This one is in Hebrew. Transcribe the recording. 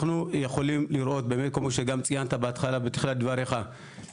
אנחנו יכולים לראות באמת כמו שגם ציינת בתחילת דבריך,